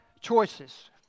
choices